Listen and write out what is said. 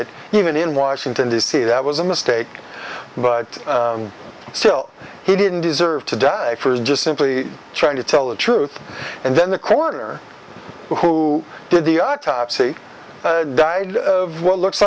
it even in washington d c that was a mistake but still he didn't deserve to die for just simply trying to tell the truth and then the corner who did the see died of what looks